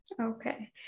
Okay